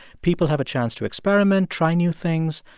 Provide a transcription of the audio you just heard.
people have a chance to experiment, try new things.